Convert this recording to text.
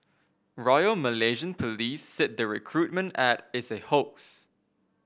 royal Malaysian Police said the recruitment ad is a hoax